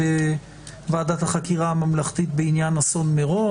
בוועדת החקירה הממלכתית בעניין אסון מירון.